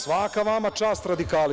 Svaka vama čast, radikali!